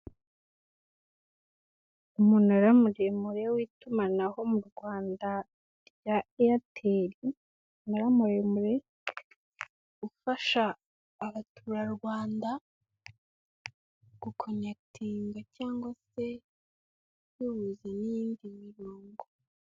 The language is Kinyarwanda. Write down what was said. Umunara muremure w'itumanaho mu Rwanda rya eyateri, umunara muremure ufasha abaturarwanda gukonekitinga cyangwa se kuyihuza n'iyindi mirongo.